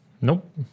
Nope